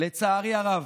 לצערי הרב,